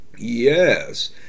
Yes